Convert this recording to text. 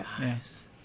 Yes